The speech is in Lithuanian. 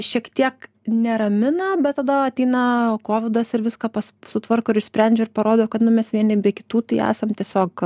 šiek tiek neramina bet tada ateina kovidas ir viską pas sutvarko ir išsprendžia ir parodo kad nu mes vieni be kitų tai esam tiesiog